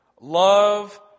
Love